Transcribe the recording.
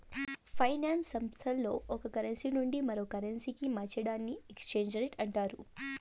finance సంస్థల్లో ఒక currency నుండి మరో కరెన్సీకి మార్చడాన్ని ఎక్స్చేంజ్ రేట్ అంటారు